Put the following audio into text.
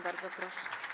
Bardzo proszę.